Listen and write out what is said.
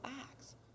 Acts